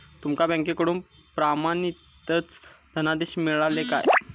तुमका बँकेकडून प्रमाणितच धनादेश मिळाल्ले काय?